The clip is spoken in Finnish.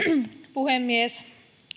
puhemies